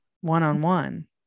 one-on-one